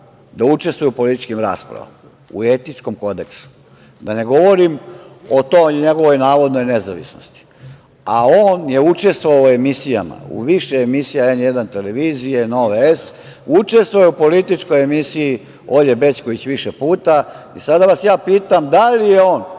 da učestvuju u političkim raspravama, a da ne govorim o toj njegovoj navodnoj nezavisnosti. On je učestvovao u emisijama, u više emisija "N1" televizije "Nove S", učestvovao je u političkoj emisiji Olje Bećković više puta. Sada vas ja pitam da li je on